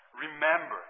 remember